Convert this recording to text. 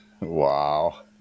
Wow